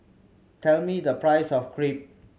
tell me the price of Crepe